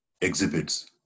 exhibits